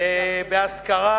ובהזכרה